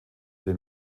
den